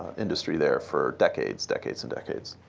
industry there for decades, decades, and decades.